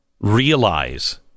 realize